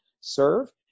serve